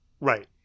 Right